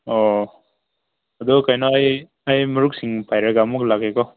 ꯑꯣ ꯑꯗꯨ ꯀꯩꯅꯣ ꯑꯩ ꯑꯩ ꯃꯔꯨꯞꯁꯤꯡ ꯄꯥꯏꯔꯒ ꯑꯃꯨꯛ ꯂꯥꯛꯀꯦꯀꯣ